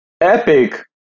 Epic